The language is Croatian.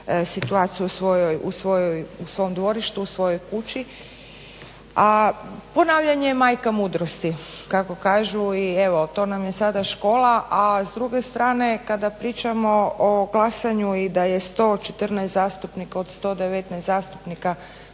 situaciju u svom dvorištu, u svojoj kući. A ponavljanje je majka mudrosti, kako kažu, i evo to nam je sada škola, a s druge strane kada pričamo o glasanju da je 114 zastupnika od 119 zastupnika